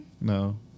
No